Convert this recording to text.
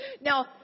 Now